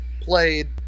played